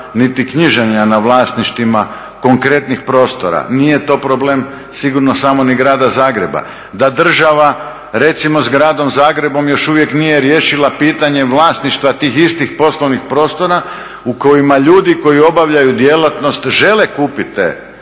niti knjiženja na vlasništvima konkretnih prostora. Nije to problem sigurno samo ni Grada Zagreba. Da država recimo s Gradom Zagrebom još uvijek nije riješila pitanje vlasništva tih istih poslovnih prostora u kojima ljudi koji obavljaju djelatnost žele kupiti te